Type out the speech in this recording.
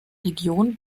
region